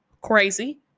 Crazy